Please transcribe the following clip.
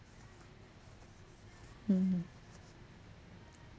mm